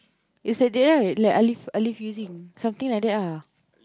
is that time Alif Alif using something like that ah